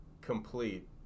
complete